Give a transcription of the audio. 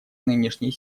нынешней